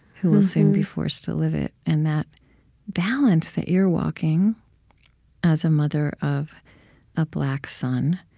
who will soon be forced to live it. and that balance that you're walking as a mother of a black son,